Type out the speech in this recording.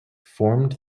formed